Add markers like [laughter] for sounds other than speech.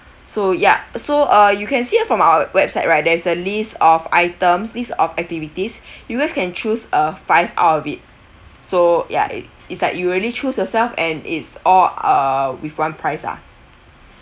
so ya so uh you can see from our website right there is a list of items list of activities [breath] you guys can choose uh five out of it so ya it it's like you really choose yourself and it's all uh with one price ah